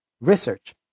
research